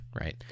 right